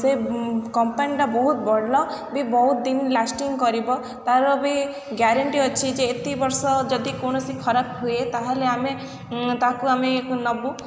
ସେ କମ୍ପାନୀଟା ବହୁତ ଭଲ ବି ବହୁତ ଦିନ ଲାଷ୍ଟିଂ କରିବ ତା'ର ବି ଗ୍ୟାରେଣ୍ଟି ଅଛି ଯେ ଏତେ ବର୍ଷ ଯଦି କୌଣସି ଖରାପ ହୁଏ ତାହେଲେ ଆମେ ତାକୁ ଆମେ ନେବୁ